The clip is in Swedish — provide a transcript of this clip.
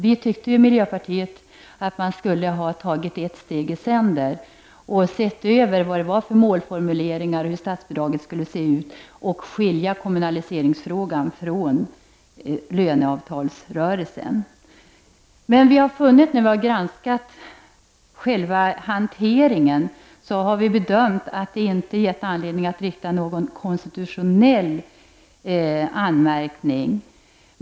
Vi i miljöpartiet ansåg att ett steg i sänder skulle ha tagits. Regeringen skulle ha sett över målformuleringarna och hur statsbidraget skulle se ut och skilt kommunaliseringsfrågan från lönefrågan. När vi i miljöpartiet har granskat själva hanteringen har vi gjort bedömningen att granskningen inte har gett oss anledning att rikta någon konstitutionell anmärkning mot regeringen.